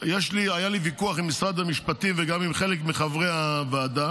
היה לי ויכוח עם משרד המשפטים וגם עם חלק מחברי הוועדה,